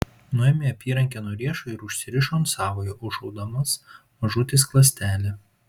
nuėmė apyrankę nuo riešo ir užsirišo ant savojo užšaudamas mažutį skląstelį